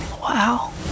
wow